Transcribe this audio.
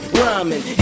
rhyming